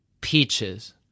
peaches